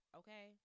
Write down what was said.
okay